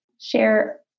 share